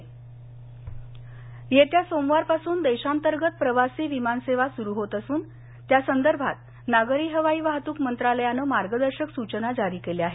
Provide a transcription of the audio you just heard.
विमान रेल्वे येत्या सोमवारपासून देशांतर्गत प्रवासी विमान सेवा सुरु होत असून त्या संदर्भात नागरी हवाई वाहतूक मंत्रालयानं मार्गदर्शक सूचना जारी केल्या आहेत